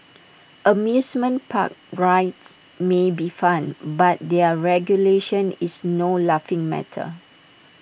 amusement park rides may be fun but their regulation is no laughing matter